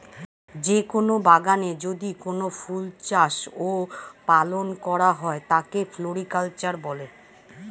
যে কোন বাগানে যদি কোনো ফুল চাষ ও পালন করা হয় তাকে ফ্লোরিকালচার বলে